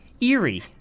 eerie